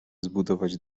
zbudować